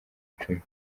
cumi